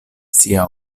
sia